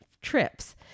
trips